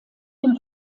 dem